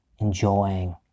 enjoying